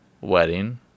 Wedding